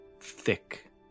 thick